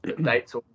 dates